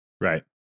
Right